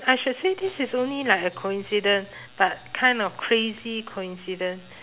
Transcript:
I should say this is only like a coincidence but kind of crazy coincidence